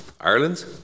Ireland